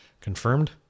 Confirmed